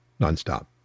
nonstop